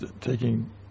taking